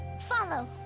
follow!